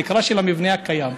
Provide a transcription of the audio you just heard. התקרה של המבנה הקיים.